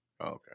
okay